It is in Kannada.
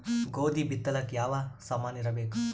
ಗೋಧಿ ಬಿತ್ತಲಾಕ ಯಾವ ಸಾಮಾನಿರಬೇಕು?